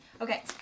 Okay